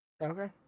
Okay